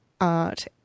art